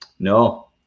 no